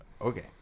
Okay